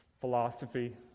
philosophy